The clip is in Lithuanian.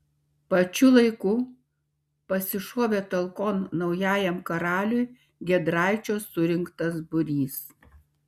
pačiu laiku pasišovė talkon naujajam karaliui giedraičio surinktas būrys